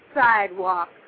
sidewalk